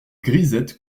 grisettes